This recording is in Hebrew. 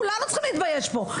כולנו צריכים להתבייש פה.